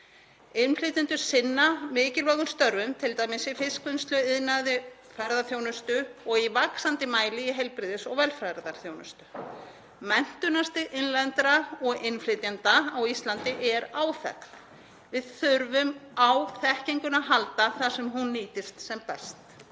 Innflytjendur sinna mikilvægum störfum, t.d. í fiskvinnslu eða iðnaði, ferðaþjónustu og í vaxandi mæli í heilbrigðis- og velferðarþjónustu. Menntunarstig innlendra og innflytjenda á Íslandi er áþekkt. Við þurfum á þekkingunni halda þar sem hún nýtist sem best.